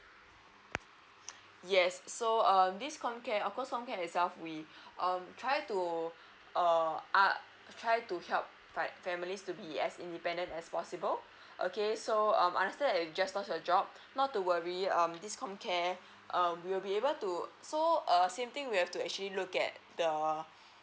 yes so err this com care of course com care itself we um try to err uh try to help like families to be as independent as possible okay so um I understand that you just lost your job not to worry um this com care um we'll be able to so err same thing we have to actually look at the